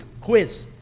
quiz